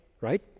right